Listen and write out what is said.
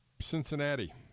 Cincinnati